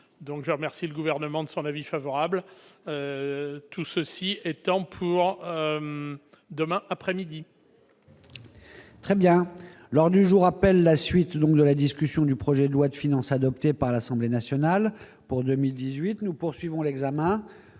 donc je remercie le gouvernement de son avis favorable tout ceci étant pour demain après-midi. Très bien lors du jour appelle la suite donc de la discussion du projet de loi de finances adoptées par l'Assemblée nationale pour 2018 : nous poursuivons l'examen